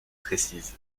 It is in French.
précise